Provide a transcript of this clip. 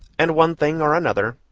and one thing or another,